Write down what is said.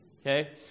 okay